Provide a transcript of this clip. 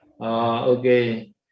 okay